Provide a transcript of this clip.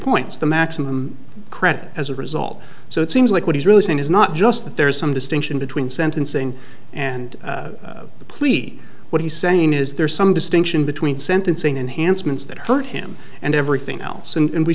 points the maximum credit as a result so it seems like what he's really saying is not just that there's some distinction between sentencing and the plea what he's saying is there's some distinction between sentencing enhancements that hurt him and everything else and